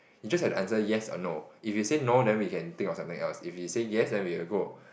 you just have to answer yes or no if you say no then we can think of something else if you say yes then we will go